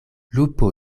lupo